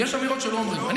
אבל אפשר, את זה.